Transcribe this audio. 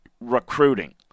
recruiting